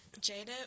Jada